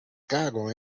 cago